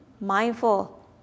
mindful